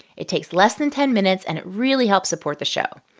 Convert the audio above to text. it takes less than ten minutes, and it really helps support the show.